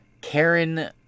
Karen